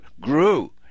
grew